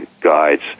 guides